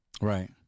right